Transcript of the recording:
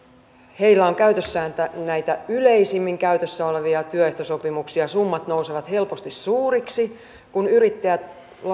heillä on käytössään näitä yleisimmin käytössä olevia työehtosopimuksia summat nousevat helposti suuriksi kun yrittäjät